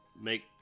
make